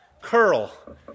curl